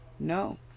No